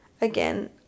again